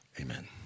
amen